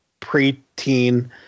preteen